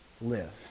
live